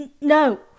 No